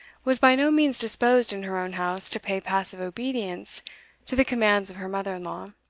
was by no means disposed in her own house to pay passive obedience to the commands of her mother-in-law,